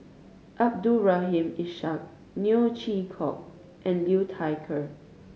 Abdul Rahim Ishak Neo Chwee Kok and Liu Thai Ker